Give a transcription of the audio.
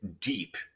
deep